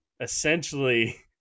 essentially